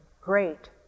great